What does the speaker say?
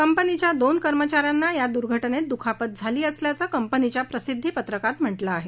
कंपनीच्या दोन कर्मचा यांना या दुर्घटनेत दुखापत झाली असल्याचं कंपनीच्या प्रसिद्दीपत्रकात म्हटलं आहे